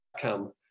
come